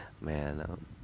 man